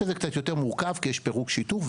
זה קצת יותר מורכב כי יש פירוק שיתוף.